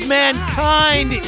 mankind